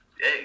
hey